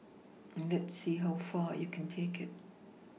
and let's see how far you can take it